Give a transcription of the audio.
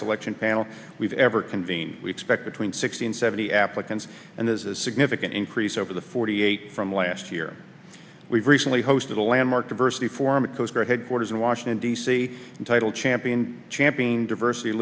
selection panel we've ever convened we expect between sixty and seventy applicants and there's a significant increase over the forty eight from last year we've recently hosted a landmark diversity form of coast guard headquarters in washington d c and title champion champeen diversity